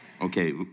Okay